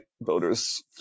voters